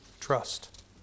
trust